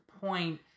point